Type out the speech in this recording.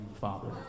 Father